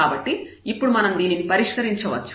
కాబట్టి ఇప్పుడు మనం దీనిని పరిష్కరించవచ్చు